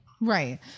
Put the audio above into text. Right